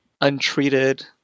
untreated